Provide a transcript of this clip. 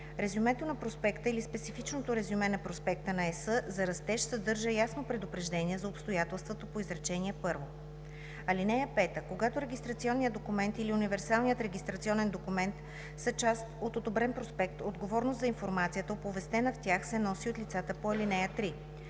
Резюмето на проспекта или специфичното резюме на проспекта на ЕС за растеж съдържа ясно предупреждение за обстоятелствата по изречение първо. (5) Когато регистрационният документ или универсалният регистрационен документ са част от одобрен проспект, отговорност за информацията, оповестена в тях, се носи от лицата по ал. 3.